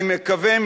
אני מקווה,